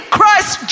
Christ